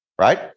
right